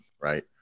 right